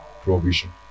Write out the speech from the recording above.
provision